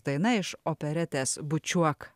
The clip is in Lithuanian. daina iš operetės bučiuok